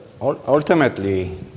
ultimately